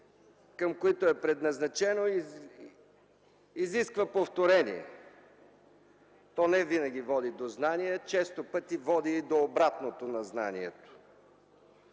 към които е предназначена, изисква повторение – то невинаги води до знание, често пъти води до обратното на знанието.